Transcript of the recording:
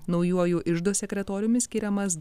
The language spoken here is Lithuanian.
naujuoju iždo sekretoriumi skiriamas